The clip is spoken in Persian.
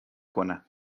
کنم